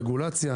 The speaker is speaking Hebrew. הרגולציה,